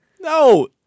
No